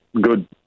good